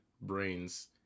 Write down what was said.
brains